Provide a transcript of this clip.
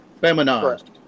Feminized